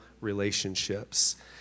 relationships